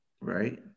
Right